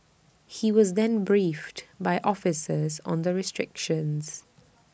he was then briefed by officers on the restrictions